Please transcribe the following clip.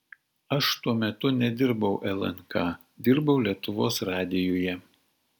aš tuo metu nedirbau lnk dirbau lietuvos radijuje